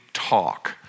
talk